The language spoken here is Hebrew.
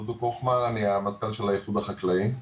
דודו קוכמן, אני המזכ"ל של האיחוד החקלאי.